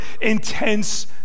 intense